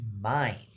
mind